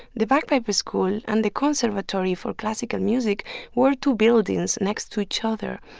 the bagpiper school and the conservatory for classical music were two buildings next to each other.